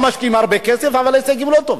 משקיעים הרבה כסף אבל ההישגים לא טובים?